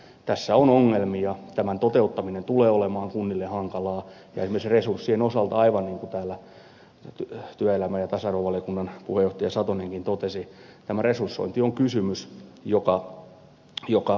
tässä on ongelmia tämän toteuttaminen tulee olemaan kunnille hankalaa ja esimerkiksi aivan niin kuin työelämä ja tasa arvovaliokunnan puheenjohtaja satonenkin totesi resursointi on kysymys joka on ongelmallinen